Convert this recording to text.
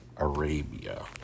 Arabia